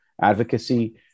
advocacy